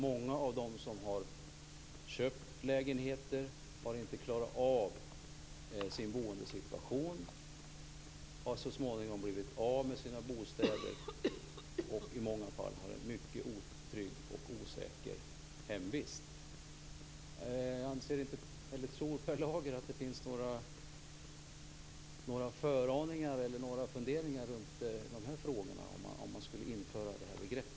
Många av dem som har köpt lägenheter har inte klarat av sin boendesituation. De har så småningom blivit av med sina bostäder och har i många fall en mycket otrygg och osäker hemvist. Tror Per Lager att det finns några föraningar eller funderingar i den här riktningen om man skulle införa det här begreppet?